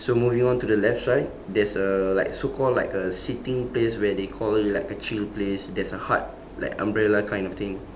so moving on to the left side there's a like so called like a seating place where they called it like a chill place there's a heart like umbrella kind of thing